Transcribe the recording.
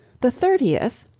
the thirtieth,